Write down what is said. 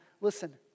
Listen